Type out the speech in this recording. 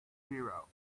zero